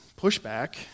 pushback